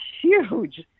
huge